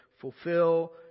Fulfill